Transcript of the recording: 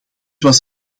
was